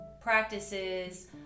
practices